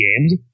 games